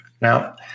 now